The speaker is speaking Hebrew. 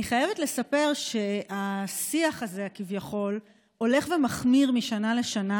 אני חייבת לספר שהשיח הזה הולך ומחמיר משנה לשנה,